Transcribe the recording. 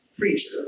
Preacher